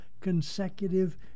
consecutive